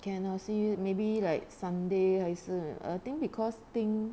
can ah see maybe like sunday 还是 I think because think